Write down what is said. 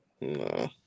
No